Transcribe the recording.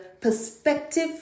perspective